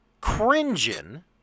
cringing